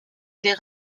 des